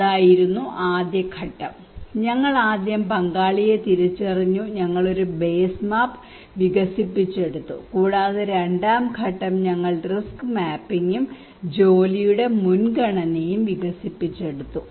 അതായിരുന്നു ആദ്യ ഘട്ടം ഞങ്ങൾ ആദ്യം പങ്കാളിയെ തിരിച്ചറിഞ്ഞു ഞങ്ങൾ ഒരു ബേസ് മാപ്പ് വികസിപ്പിച്ചെടുത്തു കൂടാതെ രണ്ടാം ഘട്ടം ഞങ്ങൾ റിസ്ക് മാപ്പിംഗും ജോലിയുടെ മുൻഗണനയും വികസിപ്പിച്ചെടുത്തു